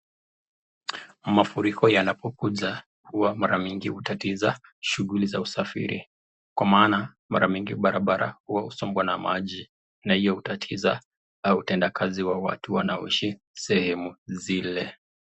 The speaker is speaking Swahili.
Mafuriko yanapokuja huwa mara mingi yanatatiza shughuli za usafiri. Kwa maana mara mingi barabara huwa husombwa na maji na hio hutatiza au utenda kazi wa watu wanao ishi sehemu zile.